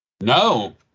No